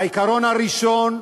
העיקרון הראשון,